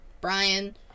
brian